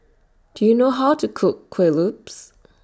Do YOU know How to Cook Kuih Lopes